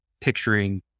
picturing